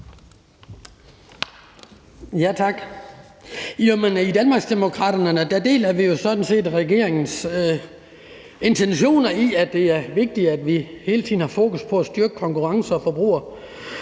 I Danmarksdemokraterne deler vi jo sådan set regeringens intentioner, i forhold til at det er vigtigt, at vi hele tiden har fokus på at styrke Konkurrence- og Forbrugerstyrelsens